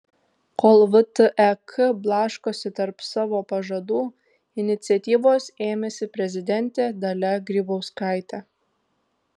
kol vtek blaškosi tarp savo pažadų iniciatyvos ėmėsi prezidentė dalia grybauskaitė